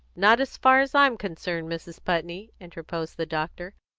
not as far as i'm concerned, mrs. putney, interposed the doctor.